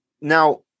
now